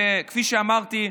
כפי שאמרתי,